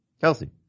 Kelsey